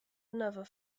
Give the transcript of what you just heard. another